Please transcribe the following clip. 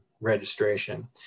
registration